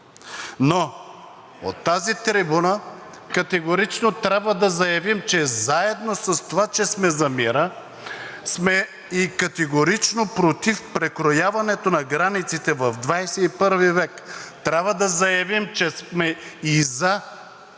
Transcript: но от тази трибуна категорично трябва да заявим, че заедно с това, че сме за мира, сме и категорично против прекрояването на границите в 21 век. Трябва да заявим, че сме и за